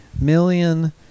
Million